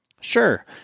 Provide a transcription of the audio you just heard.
Sure